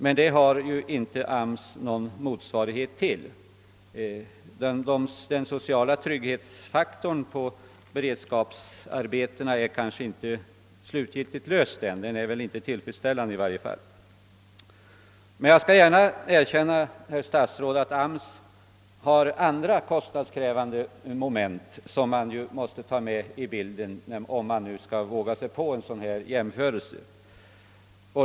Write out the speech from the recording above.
Men AMS har inte någon motsvarighet till detta. Den sociala trygghetsfaktorn på beredskapsarbetena är kanske inte slutgiltigt löst ännu, i varje fall ej på ett tillfredsställande sätt, men jag skall gärna erkänna, herr statsråd, att AMS har andra kostnadskrävande moment som man måste tå med i bilden om man skall våga sig på en jämförelse.